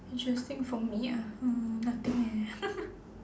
interesting for me uh hmm nothing eh